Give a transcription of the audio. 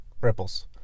Ripples